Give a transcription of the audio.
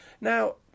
Now